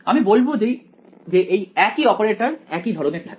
আমি বলব যে এই একই অপারেটর একই ধরনের থাকে